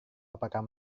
apakah